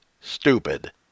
stupid